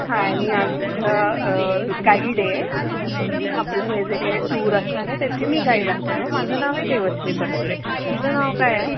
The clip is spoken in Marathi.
हाय मी आज तुझ्या गाईड आहे आपलं हे जे काय टूर असणार आहे त्याची मी गाईड असणार आहे माझं नाव आहे देवश्री परतुरे तुझं नाव काय आहे